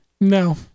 No